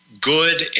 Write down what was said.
good